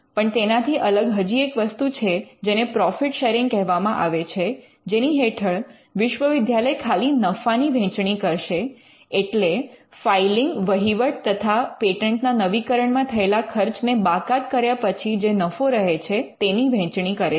પણ તેનાથી અલગ હજી એક વસ્તુ છે જેને પ્રૉફિટ શૅરિંગ કહેવામાં આવે છે જેની હેઠળ વિશ્વવિદ્યાલય ખાલી નફાની વહેંચણી કરશે એટલે ફાઇલિંગ વહીવટ તથા પેટન્ટના નવીકરણ મા થયેલા ખર્ચને બાકાત કર્યા પછી જે નફો રહે છે તેની વહેંચણી કરે છે